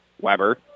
Weber